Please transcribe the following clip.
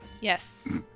Yes